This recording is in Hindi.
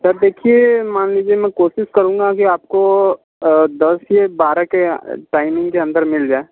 सर देखिए मान लीजिए मैं कोशिश करूँगा कि आपको दस से बारह के टाइमिंग के अंदर मिल जाए